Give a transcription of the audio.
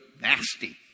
nasty